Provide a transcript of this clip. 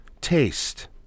taste